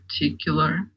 particular